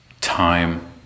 time